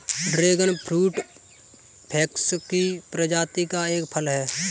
dragon fruit cactus की प्रजाति का एक फल है